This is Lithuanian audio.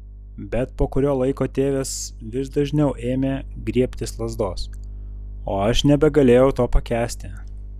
bet po kurio laiko tėvas vis dažniau ėmė griebtis lazdos o aš nebegalėjau to pakęsti